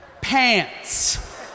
pants